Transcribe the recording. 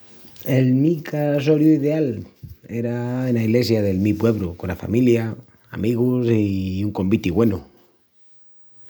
El mi casoriu ideal era ena ilesia del mi puebru cona familia, amigus, i un conviti güenu.